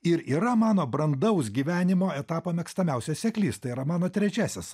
ir yra mano brandaus gyvenimo etapo mėgstamiausias seklys tai yra mano trečiasis